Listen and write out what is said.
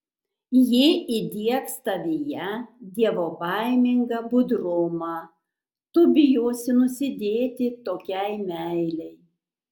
ji įdiegs tavyje dievobaimingą budrumą tu bijosi nusidėti tokiai meilei